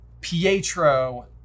Pietro